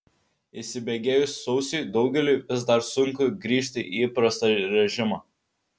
įsibėgėjus sausiui daugeliui vis dar sunku grįžti į įprastą režimą